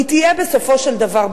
היא תהיה בסופו של דבר בעוכרינו,